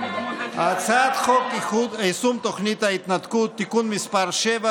הצעת חוק יישום תוכנית ההתנתקות (תיקון מס' 7)